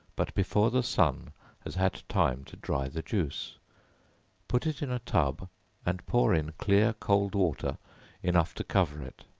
but before the sun has had time to dry the juice put it in a tub and pour in clear cold water enough to cover it